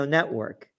Network